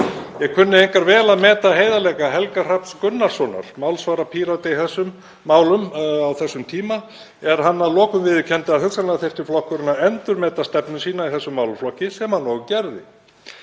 Ég kunni einkar vel að meta heiðarleika Helga Hrafns Gunnarssonar, málsvara Pírata í þessum málum á þeim tíma, er hann að lokum viðurkenndi að hugsanlega þyrfti flokkurinn að endurmeta stefnu sína í þessum málaflokki sem hann og gerði.